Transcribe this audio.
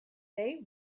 they